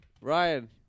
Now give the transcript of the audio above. Ryan